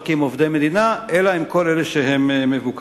לא רק עם עובדי מדינה אלא עם כל אלה שהם מבוקרים.